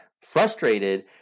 frustrated